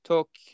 Talk